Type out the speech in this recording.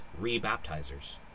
re-baptizers